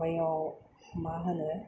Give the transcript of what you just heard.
ओमफ्राय माबायाव मा होनो